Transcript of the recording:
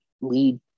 lead